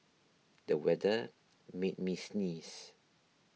the weather made me sneeze